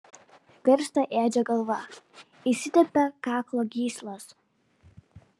virsta edžio galva įsitempia kaklo gyslos